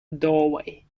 doorway